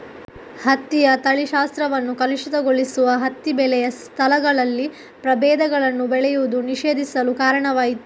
ಹತ್ತಿಯ ತಳಿಶಾಸ್ತ್ರವನ್ನು ಕಲುಷಿತಗೊಳಿಸುವ ಹತ್ತಿ ಬೆಳೆಯ ಸ್ಥಳಗಳಲ್ಲಿ ಪ್ರಭೇದಗಳನ್ನು ಬೆಳೆಯುವುದನ್ನು ನಿಷೇಧಿಸಲು ಕಾರಣವಾಯಿತು